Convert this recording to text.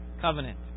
covenant